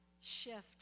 shift